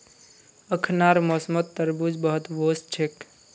अखनार मौसमत तरबूज बहुत वोस छेक